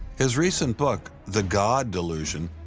his recent book, the god delusion,